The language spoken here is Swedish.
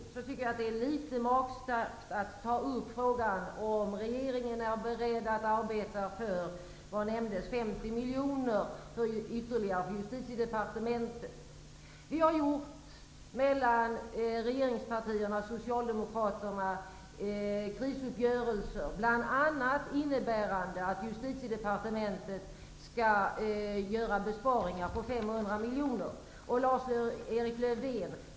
Jag tycker att det är litet magstarkt att ta upp frågan om regeringen är beredd att arbeta för att ytterligare 50 miljoner kronor skall anslås till Socialdemokraterna har kommit överens om en krisuppgörelse innebärande bl.a. att Justitiedepartementet skall spara 500 miljoner kronor.